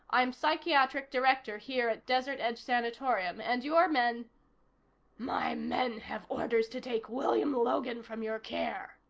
i'm psychiatric director here at desert edge sanatorium. and your men my men have orders to take william logan from your care,